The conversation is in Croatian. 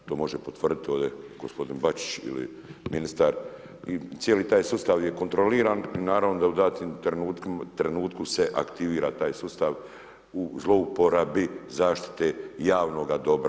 To može potvrditi ovdje gospodin Bačić ili ministar i cijeli taj sustav je kontroliran i naravno da u datim trenucima se aktivira taj sustav u zlouporabi zaštite javnoga dobra.